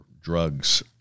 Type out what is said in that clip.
drugs